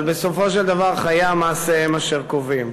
אבל בסופו של דבר חיי המעשה הם אשר קובעים.